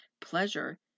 pleasure